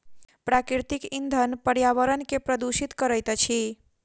प्राकृतिक इंधन पर्यावरण के प्रदुषित करैत अछि